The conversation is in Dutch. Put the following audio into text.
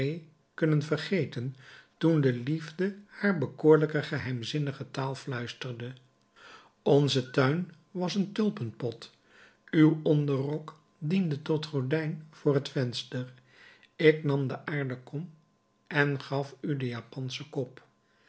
kunnen vergeten toen de liefde haar bekoorlijke geheimzinnige taal fluisterde onze tuin was een tulpenpot uw onderrok diende tot gordijn voor het venster ik nam de aarden kom en gaf u den japanschen kop